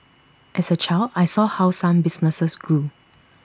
as A child I saw how some businesses grew